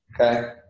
Okay